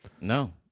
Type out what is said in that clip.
No